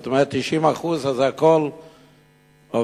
זאת אומרת 90% הם כולם עובדים,